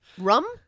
Rum